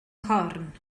corn